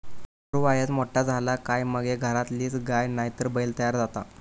वासरू वायच मोठा झाला काय मगे घरातलीच गाय नायतर बैल तयार जाता